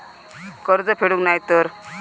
कर्ज फेडूक नाय तर?